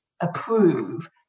approve